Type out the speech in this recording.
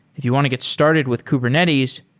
if you want to get started with kubernetes,